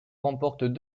remporte